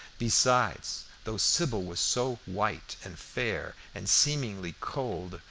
besides, though sybil was so white and fair, and seemingly cold,